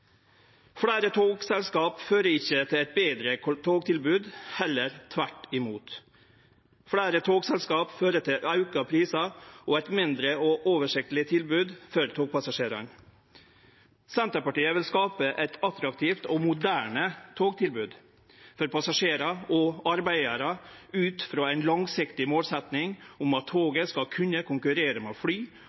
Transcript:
Fleire togselskap fører ikkje til eit betre togtilbod, heller tvert imot. Fleire togselskap fører til auka prisar og eit mindre oversiktleg tilbod for togpassasjerane. Senterpartiet vil skape eit attraktivt og moderne togtilbod for passasjerar og arbeidarar ut frå ei langsiktig målsetjing om at toget skal kunne konkurrere med fly